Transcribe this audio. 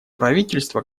правительство